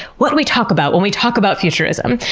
what do we talk about when we talk about futurism?